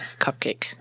cupcake